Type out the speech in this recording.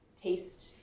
taste